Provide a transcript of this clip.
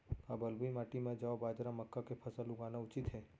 का बलुई माटी म जौ, बाजरा, मक्का के फसल लगाना उचित हे?